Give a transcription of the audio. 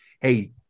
Hey